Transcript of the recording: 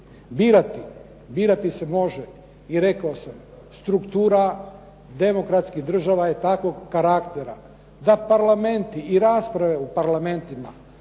birati se može i rekao sam, struktura demokratskih država je takvog karaktera da parlamenti i rasprave u parlamentima,